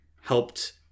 helped